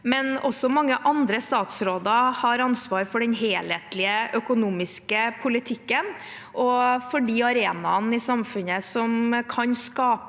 men også mange andre statsråder har ansvar for den helhetlige økonomiske politikken og for de arenaene i samfunnet som kan skape